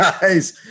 guys